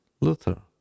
Luther